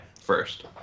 first